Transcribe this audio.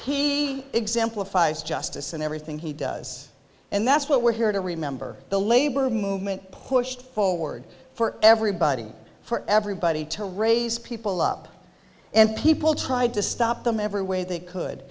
he exemplifies justice and everything he does and that's what we're here to remember the labor movement pushed forward for everybody for everybody to raise people up and people tried to stop them every way they could